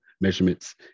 Measurements